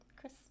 Chris